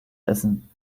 essen